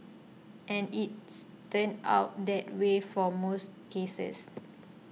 and it's turned out that way for most cases